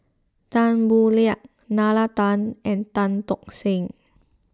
Tan Boo Liat Nalla Tan and Tan Tock Seng